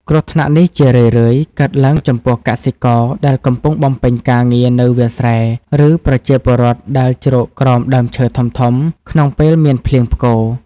គ្រោះថ្នាក់នេះជារឿយៗកើតឡើងចំពោះកសិករដែលកំពុងបំពេញការងារនៅវាលស្រែ ឬប្រជាពលរដ្ឋដែលជ្រកក្រោមដើមឈើធំៗក្នុងពេលមានភ្លៀងផ្គរ។